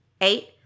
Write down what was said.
Eight